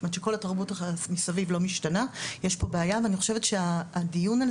זאת אומרת שכל התרבות מסביב לא משתנה יש פה בעיה ואני חושבת שהדיון על